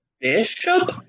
bishop